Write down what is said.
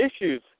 issues